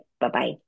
Bye-bye